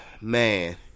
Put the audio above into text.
man